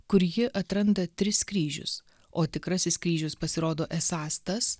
kur ji atranda tris kryžius o tikrasis kryžius pasirodo esąs tas